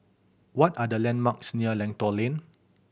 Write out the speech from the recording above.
what are the landmarks near Lentor Lane